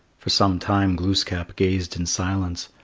for some time glooskap gazed in silence,